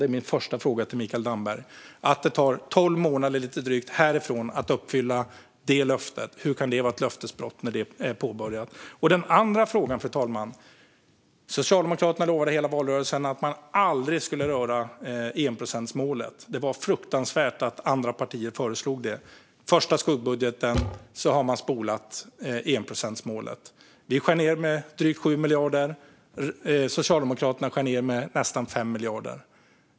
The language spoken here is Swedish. Det är min första fråga till Mikael Damberg. Det tar lite drygt tolv månader från och med nu att uppfylla löftet. Hur kan det vara ett löftesbrott när det är påbörjat? Den andra frågan, fru talman, gäller hur Socialdemokraterna under hela valrörelsen lovade att aldrig röra enprocentsmålet. De ansåg det fruktansvärt att andra partier föreslog det. Men i sin första skuggbudget har de spolat enprocentsmålet. Vi skär ned med drygt 7 miljarder. Socialdemokraterna skär ned med nästan 5 miljarder.